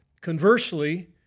Conversely